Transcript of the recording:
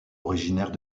originaires